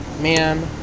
Man